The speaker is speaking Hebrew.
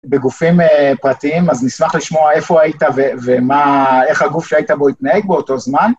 בגופים פרטיים, אז נשמח לשמוע איפה היית ומה, איך הגוף שהיית בו התנהג באותו זמן.